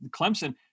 Clemson